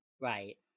Right